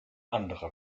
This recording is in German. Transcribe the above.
anderer